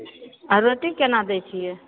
आ रोटी केना दै छियै